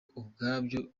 ubwabyo